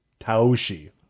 Taoshi